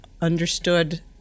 understood